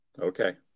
Okay